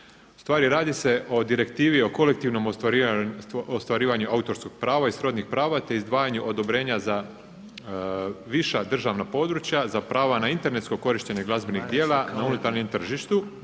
U stvari radi se o direktivi o kolektivnom ostvarivanju autorskog prava i srodnih prava, te izdvajanju odobrenja za viša državna područja, za prava na internetsko korištenje glazbenih djela na unutarnjem tržištu.